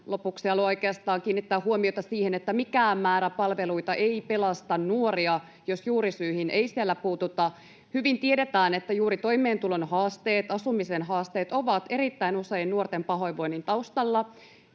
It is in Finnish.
oikeastaan kiinnittää huomiota siihen, että mikään määrä palveluita ei pelasta nuoria, jos juurisyihin ei siellä puututa. Hyvin tiedetään, että juuri toimeentulon haasteet ja asumisen haasteet ovat erittäin usein nuorten pahoinvoinnin taustalla.